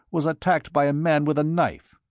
was attacked by a man with a knife.